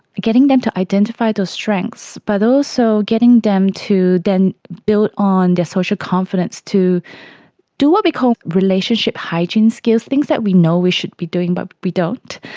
getting them to identify those strengths, but also getting them to then build on their social confidence, to do what we call relationship hygiene skills, things that we know we should be doing but we don't,